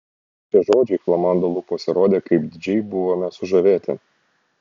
šie žodžiai flamando lūpose rodė kaip didžiai buvome sužavėti